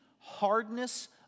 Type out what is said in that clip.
hardness